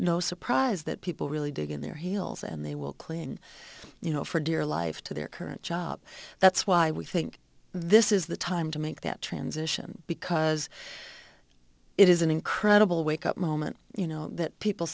no surprise that people really dig in their heels and they will clean you know for dear life to their current job that's why we think this is the time to make that transition because it is an incredible wake up moment you know that people